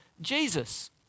Jesus